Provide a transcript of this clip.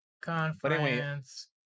Conference